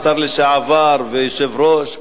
שר לשעבר ויושב-ראש.